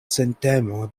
sentemo